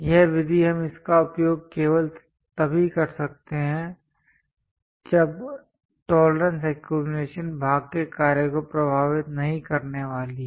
यह विधि हम इसका उपयोग केवल तभी कर सकते हैं जब टोलरेंस एक्यूमुलेशन भाग के कार्य को प्रभावित नहीं करने वाली है